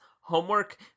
homework